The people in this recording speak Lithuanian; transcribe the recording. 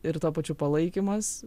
ir tuo pačiu palaikymas